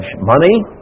money